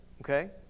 okay